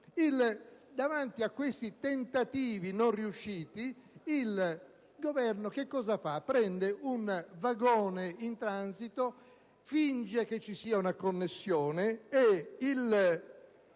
davanti a questi tentativi non riusciti, il Governo prende un vagone in transito, finge che vi sia una connessione e inserisce